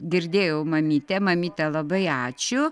girdėjau mamytę mamyte labai ačiū